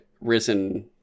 risen